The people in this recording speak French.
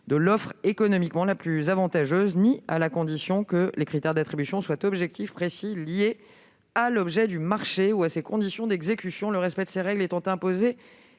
de l'offre économiquement la plus avantageuse ni à la condition que les critères d'attribution soient objectifs, précis, liés à l'objet du marché ou à ses conditions d'exécution, le respect de ces règles étant imposé